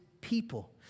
people